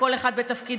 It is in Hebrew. כל אחד ותפקידו,